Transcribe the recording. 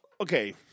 okay